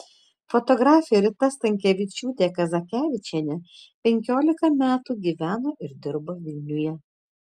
fotografė rita stankevičiūtė kazakevičienė penkiolika metų gyveno ir dirbo vilniuje